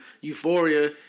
Euphoria